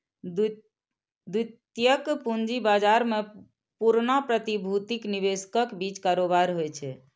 द्वितीयक पूंजी बाजार मे पुरना प्रतिभूतिक निवेशकक बीच कारोबार होइ छै